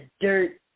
dirt